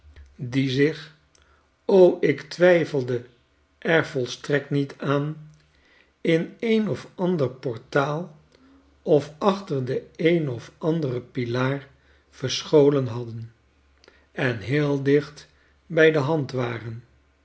die zich o ik twijfelde er volstrekt niet aan in een of ander portaal of achter den een of anderen pilaar verscholen hadden en heel dicht bij de hand waren